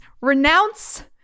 Renounce